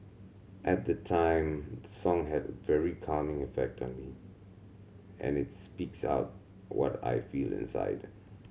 at the time the song had a very calming effect on me and it speaks out what I feel inside